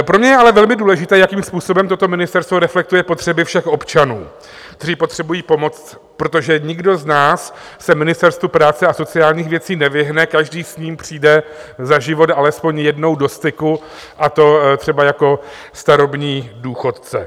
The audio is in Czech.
Pro mě je ale velmi důležité, jakým způsobem toto ministerstvo reflektuje potřeby všech občanů, kteří potřebují pomoc, protože nikdo z nás se Ministerstvu práce a sociálních věcí nevyhne, každý s ním přijde za život alespoň jednou do styku, a to třeba jako starobní důchodce.